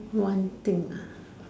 one thing uh